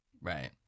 Right